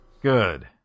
Good